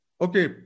Okay